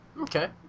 Okay